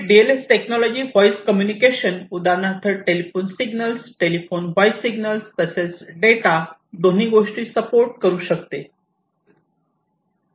ही D S L technology voice communication उदाहरणार्थ telephone signals telephone voice signal तसेच data दोन्ही गोष्टी सपोर्ट करू शकते